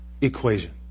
equation